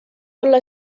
olla